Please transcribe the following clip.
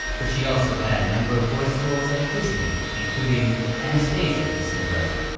but she also had a number of voice roles at disney, including anastasia in cinderella.